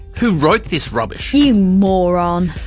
who wrote this rubbish! you moron!